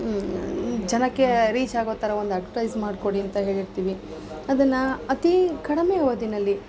ಜನಕ್ಕೆ ರೀಚ್ ಆಗೋ ಥರ ಒಂದು ಅಡ್ವಟೈಸ್ ಮಾಡಿಕೊಡಿ ಅಂತ ಹೇಳಿರ್ತೀವಿ ಅದನ್ನು ಅತೀ ಕಡಿಮೆ ಅವಧಿಯಲ್ಲಿ